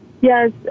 Yes